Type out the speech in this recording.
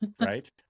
right